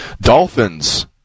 Dolphins